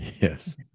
Yes